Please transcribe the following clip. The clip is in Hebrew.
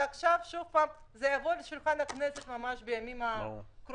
ועכשיו שוב זה יבוא לשולחן הכנסת ממש בימים הקרובים,